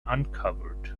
uncovered